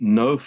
no